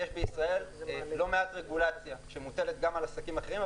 יש בישראל לא מעט רגולציה שמוטלת גם על עסקים אחרים,